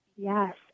Yes